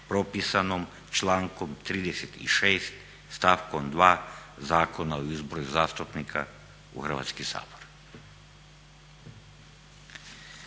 propisanom člankom 36.stavkom 2. Zakona o izboru zastupnika u Hrvatski sabor".